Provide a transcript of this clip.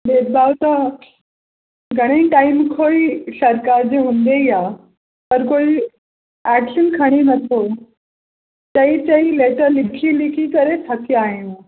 भेदभाव त घणे टाइम खां ई सरकारि जो हूंदो ई आहे पर कोई एक्शन खणे नथो चई चई लेटर लिखी लिखी करे थकिया आहियूं